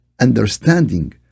understanding